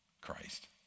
Christ